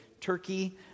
Turkey